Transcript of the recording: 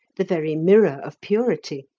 the very mirror of purity.